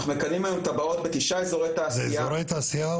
אנחנו מקדמים היום תב"עות בתשעה אזורי תעשייה --- זה אזורי תעשייה,